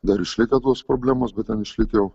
dar išlikę tos problemos bet ten kažkaip jau